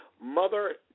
mother